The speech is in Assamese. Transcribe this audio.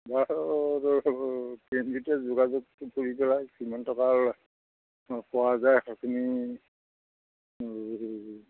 পি এন বি তে যোগাযোগটো কৰি পেলাই কিমান টকা পোৱা যায় সেইখিনি